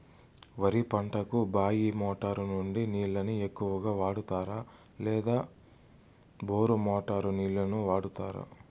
వరి పంటకు బాయి మోటారు నుండి నీళ్ళని ఎక్కువగా వాడుతారా లేక బోరు మోటారు నీళ్ళని వాడుతారా?